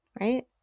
Right